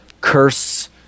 curse